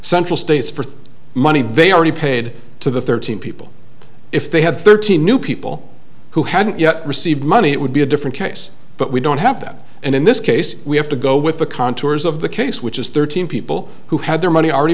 central states for the money they already paid to the thirteen people if they had thirteen new people who hadn't yet received money it would be a different case but we don't have that and in this case we have to go with the contours of the case which is thirteen people who had their money already